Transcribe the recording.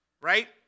right